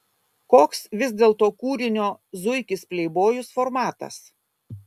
koks vis dėlto kūrinio zuikis pleibojus formatas